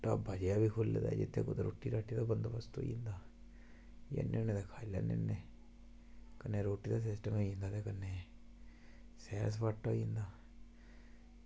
ढाबा जेहा खुल्ले दा जित्थें कोई रुट्टी दा बंदोबस्त होई जंदा ते जन्ने होने ते खाई लैने होन्ने कन्नै रुट्टी दा सिस्टम होई जंदा कन्नै सैर सपाटा होई जंदा